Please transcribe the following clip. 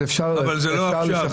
אז אפשר --- אבל זה לא עכשיו,